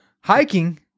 hiking